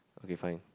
okay fine